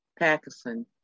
Packerson